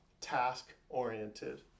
Task-oriented